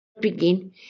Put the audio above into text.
begin